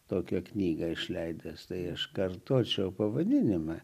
tokią knygą išleidęs tai aš kartočiau pavadinimą